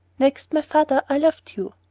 next my father, i loved you.